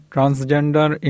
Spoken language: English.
Transgender